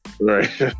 Right